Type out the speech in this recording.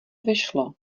vyšlo